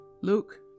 Luke